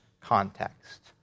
context